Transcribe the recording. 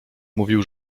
mówił